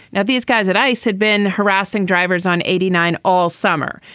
now these guys at ice had been harassing drivers on eighty nine all summer.